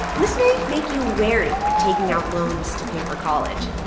and this may make you wary of taking out loans to pay for college.